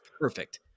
perfect